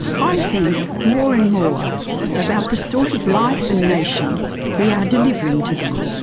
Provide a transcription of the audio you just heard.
i think more and more about the sort of life and nation we are delivering to them.